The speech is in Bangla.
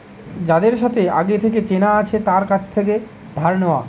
যাদের সাথে আগে থেকে চেনা আছে তার কাছ থেকে ধার নেওয়া